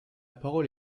parole